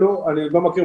אני חושב שבכל מקום אחר,